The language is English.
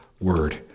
word